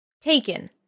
Taken